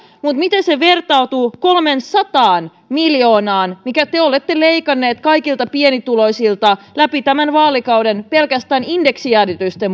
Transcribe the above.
mutta miten se vertautuu kolmeensataan miljoonaan minkä te olette leikanneet kaikilta pienituloisilta läpi tämän vaalikauden pelkästään indeksijäädytysten